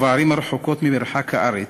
בערים הרחוקות ממרכז הארץ,